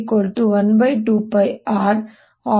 A ಆಗಿರುತ್ತದೆ